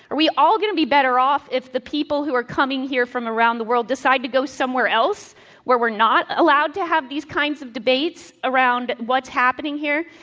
are we all going to be better off if the people who are coming here from around the world decide to go somewhere else where we're not allowed to have these kind of debates around what's happening here?